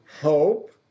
hope